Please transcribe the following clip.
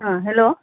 hello